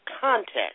context